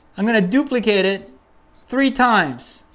i'm gonna duplicate it three times